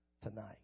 Tonight